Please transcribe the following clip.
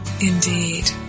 indeed